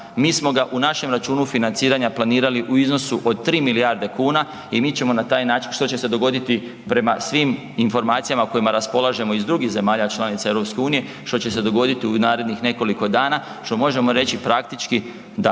mi smo ga u našem računu financiranja planirali u iznosu od 3 milijarde kuna i mi ćemo na taj način, što će se dogoditi prema svim informacijama kojima raspolažemo iz drugih zemalja članica EU, što će se dogoditi u narednih nekoliko dana, što možemo reći praktički da